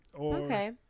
Okay